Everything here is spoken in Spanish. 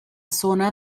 zona